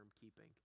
keeping